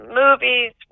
movies